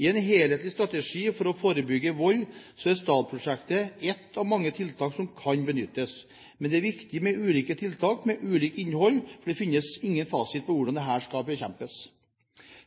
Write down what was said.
I en helhetlig strategi for å forebygge vold er STAD-prosjektet et av mange tiltak som kan benyttes, men det er viktig med ulike tiltak med ulikt innhold, for det finnes ingen fasit på hvordan dette skal bekjempes.